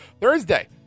Thursday